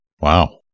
Wow